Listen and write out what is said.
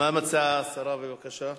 מה מציעה השרה, בבקשה?